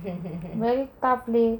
very tough leh